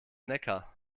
neckar